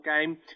game